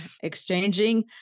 exchanging